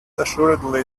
assuredly